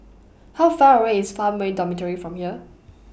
How Far away IS Farmway Dormitory from here